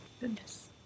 goodness